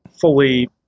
fully